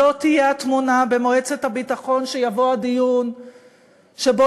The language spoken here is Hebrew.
זאת תהיה התמונה במועצת הביטחון כשיבוא הדיון שבו